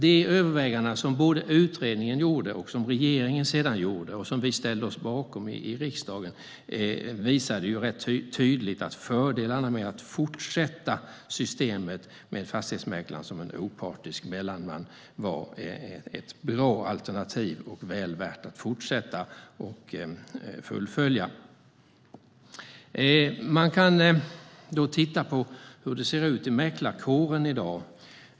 De överväganden som både utredningen och regeringen gjorde och som riksdagen ställde sig bakom visade tydligt fördelarna med att fortsätta med systemet med mäklaren som en opartisk mellanman. Det var ett bra alternativ som var väl värt att fortsätta med och fullfölja. Man kan titta på hur det ser ut i mäklarkåren i dag.